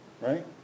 right